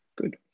Good